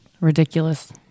ridiculous